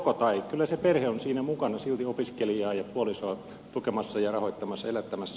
kyllä se perhe on siinä mukana silti opiskelijaa ja puolisoa tukemassa ja rahoittamassa elättämässä